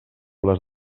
les